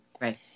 Right